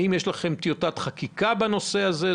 האם יש לכם טיוטת חקיקה בנושא הזה?